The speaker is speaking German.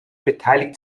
beteiligt